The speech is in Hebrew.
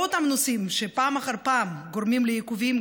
לא אותם נוסעים שפעם אחר פעם גורמים לעיכובים,